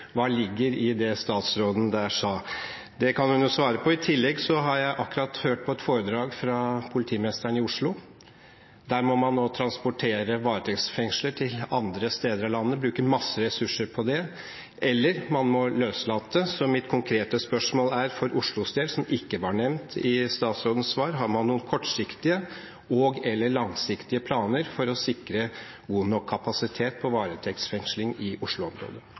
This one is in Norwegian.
hva ligger det i det statsråden der sa? Det kan hun jo svare på. Jeg har i tillegg akkurat hørt et foredrag av politimesteren i Oslo. Derfra må man nå transportere varetektsfengslede til andre steder i landet og bruke masse ressurser på det – eller man må løslate. Mitt konkrete spørsmål er – for Oslos del, som ikke var nevnt i statsrådens svar: Har man noen kortsiktige og/eller langsiktige planer for å sikre god nok kapasitet når det gjelder varetektsfengsling i